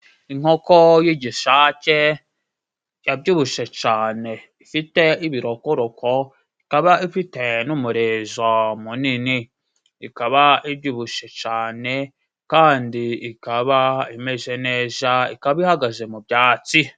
Inkoko y'igisake yabyibushe cane. Ifite ibirokoroko, ikaba ifite n'umriuzo munini. Ikaba ibyibushe cane. Kandi ikaba imeje neja, ikaba ihagaze mu byatsi.